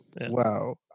wow